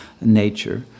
nature